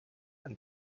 and